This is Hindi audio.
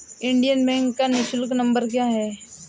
इंडियन बैंक का निःशुल्क नंबर क्या है?